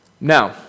Now